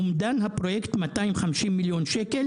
אומדן הפרויקט הוא 250 מיליון ₪.